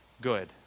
good